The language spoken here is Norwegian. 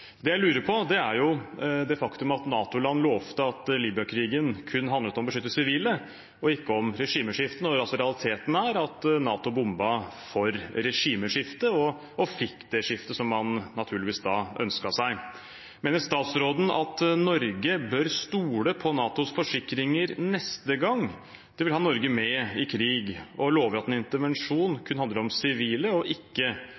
Det jeg lurer på, er det faktumet at NATO-land lovte at Libya-krigen kun handlet om å beskytte sivile og ikke om regimeskifte, når realiteten er at NATO bombet for regimeskifte og fikk det skiftet som man naturligvis ønsket seg. Mener statsråden at Norge bør stole på NATOs forsikringer neste gang de vil ha Norge med i en krig og lover at en intervensjon kun handler om sivile og ikke